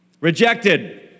Rejected